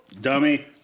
Dummy